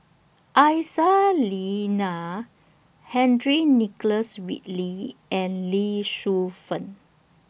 Aisyah Lyana Henry Nicholas Ridley and Lee Shu Fen